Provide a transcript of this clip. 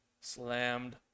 Slammed